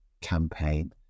campaign